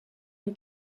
les